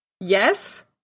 yes